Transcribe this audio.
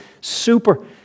super